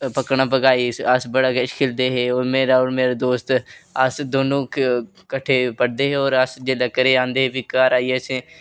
पक्कना पगाई अस बड़ा किश खेल्लदे हे मेरा होर मेरे दोस्त अस दौनों कट्ठे पढ़दे होर जेल्लै घर आंदे हे ते घर आइयै असें